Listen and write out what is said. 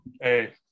Hey